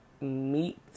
meat